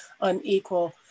unequal